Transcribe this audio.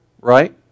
right